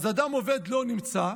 אז אדם עובד לא נמצא,